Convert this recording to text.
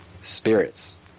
Spirits